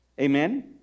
amen